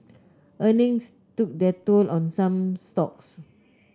earnings took their toll on some stocks